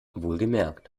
wohlgemerkt